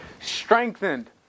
strengthened